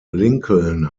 lincoln